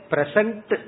Present